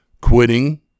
quitting